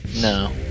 no